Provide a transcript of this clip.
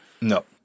No